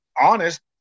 honest